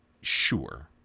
sure